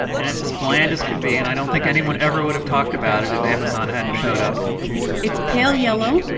and it's as bland as could be. and i don't think anyone ever would've talked about it if amazon hadn't have showed up it's pale yellow.